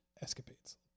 escapades